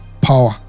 power